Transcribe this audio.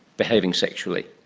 behaving sexually?